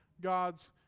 God's